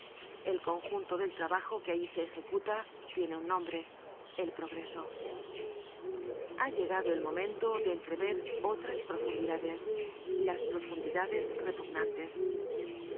el conjunto del trabajo que allí se ejecuta tiene un nombre el progreso content from google book search generated at ha llegado el momento de entrever otras profundidades las profundidades repugnantes